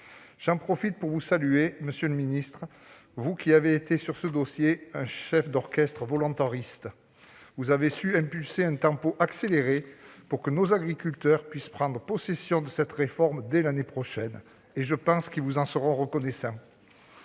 J'en profite pour saluer également votre action, monsieur le ministre, car vous avez été sur ce dossier un chef d'orchestre volontariste. Vous avez su imprimer un tempo accéléré pour que nos agriculteurs puissent prendre possession de cette réforme dès l'année prochaine. Je pense qu'ils vous en seront reconnaissants.